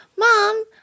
Mom